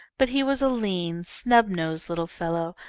but he was a lean, snub-nosed little fellow,